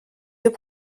deux